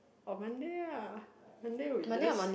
or Monday ah Monday we just